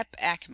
epacme